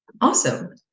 Awesome